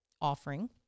offering